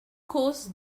course